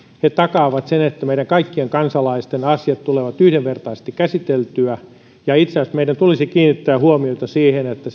he takaavat sen että meidän kaikkien kansalaisten asiat tulevat yhdenvertaisesti käsiteltyä itse asiassa meidän tulisi kiinnittää huomiota siihen että